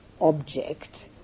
object